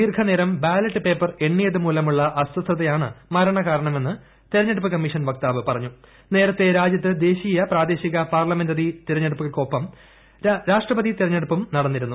ദീർഘനേരം ballot paper എണ്ണിയതുമൂലമുള്ള അസ്വസ്ഥതയാണ് മരൂണകാരണമെന്ന് തെരഞ്ഞെടുപ്പ് കമ്മീഷൻ വക്താവ് പറ്റഞ്ഞു് നേരത്തെ രാജ്യത്ത് ദേശീയ പ്രാദേശിക പാർലമെന്ററി ത്ത്രെഞ്ഞെടുപ്പുകൾക്കൊപ്പം തന്നെ രാഷ്ട്രപതി തെരഞ്ഞെടുപ്പൂറ്റു നടന്നിരുന്നു